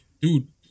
Dude